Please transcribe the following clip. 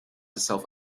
herself